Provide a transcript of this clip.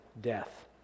death